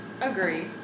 Agree